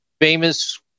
famous